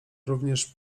również